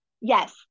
yes